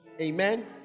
Amen